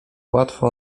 łatwo